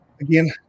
Again